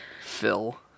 Phil